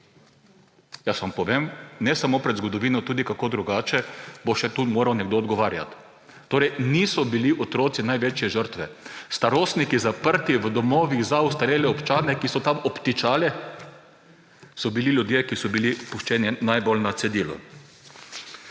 Jaz vam povem, ne samo pred zgodovino, tudi kako drugače bo tu moral nekdo še odgovarjati. Torej niso bili otroci največje žrtve. Starostniki, zaprti v domovih za ostarele občane, ki so tam obtičali, so bili ljudje, ki so bili puščeni najbolj na cedilu.